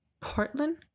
portland